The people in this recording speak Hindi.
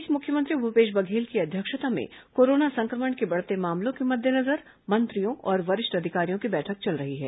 इस बीच मुख्यमंत्री भूपेश बघेल की अध्यक्षता में कोरोना संक्रमण के बढ़ते मामलों के मद्देनजर मंत्रियों और वरिष्ठ अधिकारियों की बैठक चल रही है